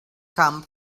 come